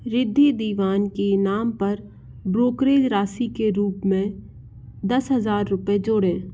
रिद्धि दीवान के नाम पर ब्रोकरेज राशि के रूप में रूप में दस हज़ार रुपये जोड़ें